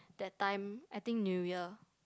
that time I think New Year